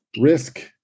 risk